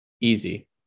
Easy